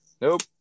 nope